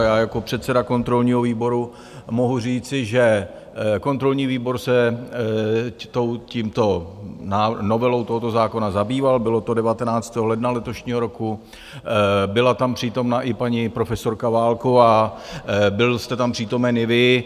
Já jako předseda kontrolního výboru mohu říci, že kontrolní výbor se novelou tohoto zákona zabýval, bylo to 19. ledna letošního roku, byla tam přítomna i paní profesorka Válková, byl jste tam přítomen i vy.